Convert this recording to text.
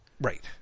Right